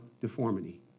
deformity